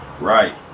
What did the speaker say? Right